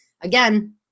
Again